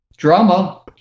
Drama